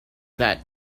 that